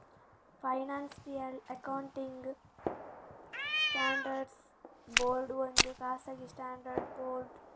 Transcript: financial accounting standards board ಒಂದು ಖಾಸಗಿ standard board